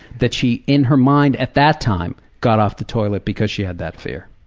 that she in her mind at that time, got off the toilet, because she had that fear.